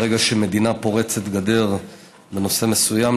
ברגע שמדינה פורצת גדר בנושא מסוים,